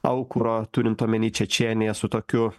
aukuro turint omeny čečėnija su tokiu